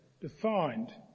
defined